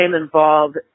involved